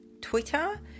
Twitter